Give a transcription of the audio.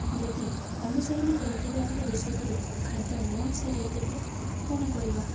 ଯଦି ଅନୁସରଣ କରିଥିବା ରେସିପିରୁ ଖାଦ୍ୟ ନ ଆସିବେ ତେବେ କ'ଣ କରିବା